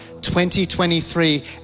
2023